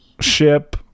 ship